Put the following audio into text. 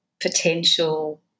potential